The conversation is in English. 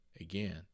again